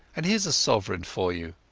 and hereas a sovereign for you